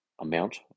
amount